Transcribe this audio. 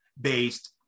based